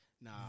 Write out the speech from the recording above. nah